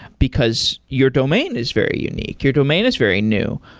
because your domain is very unique, your domain is very new.